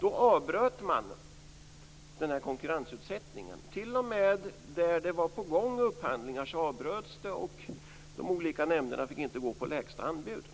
Då avbröt man konkurrensutsättningen. T.o.m. upphandling som var på gång avbröts, och de olika nämnderna fick inte gå på lägsta anbud.